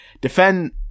defend